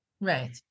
Right